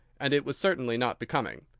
and it was certainly not becoming.